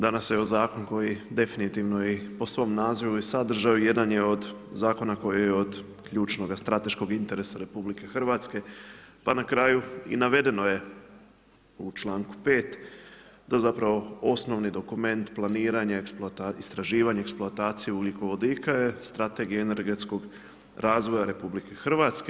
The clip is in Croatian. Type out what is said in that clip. Danas, evo, zakon koji definitivno po svom nazivu i sadržaju jedan je od zakona, koji je od ključnoga, strateškog interesa RH, pa na kraju i navedeno je u čl.5 da zapravo osnovni dokument, planiranje, istraživanje eksploatacija ugljikovodika je strategija energetskog razvoja RH.